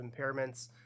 impairments